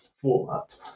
format